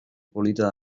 polita